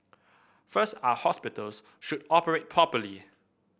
first our hospitals should operate properly